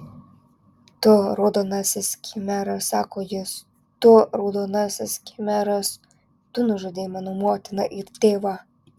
tu raudonasis khmeras sako jis tu raudonasis khmeras tu nužudei mano motiną ir tėvą